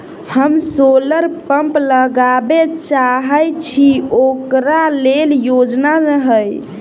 हम solar pump लगाबै चाहय छी ओकरा लेल योजना हय?